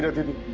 didn't